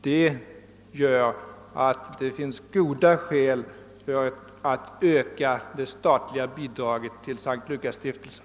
"Därför finns det goda skäl för att öka det statliga bidraget till S:t Lukasstiftelsen.